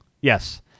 Yes